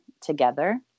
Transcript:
together